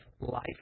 life